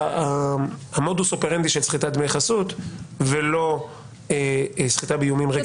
של המודוס אופרנדי של סחיטת דמי חסות ולא סחיטה באיומים רגילה.